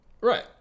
Right